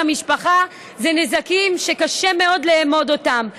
המשפחה אלה נזקים שקשה מאוד לאמוד אותם.